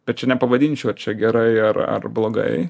bet čia nepavadinčiau ar čia gerai ar ar blogai